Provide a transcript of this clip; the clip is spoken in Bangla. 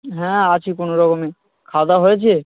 হ্যাঁ আছি কোনও রকমে খাওয়াদাওয়া হয়েছে